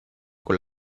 con